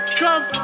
come